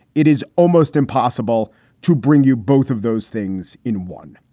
it is almost impossible to bring you both of those things in one